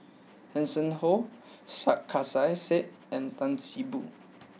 Hanson Ho Sarkasi Said and Tan See Boo